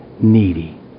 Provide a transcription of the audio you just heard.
needy